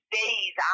days